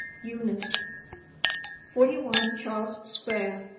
eunice forty one charles square,